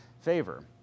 favor